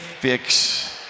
fix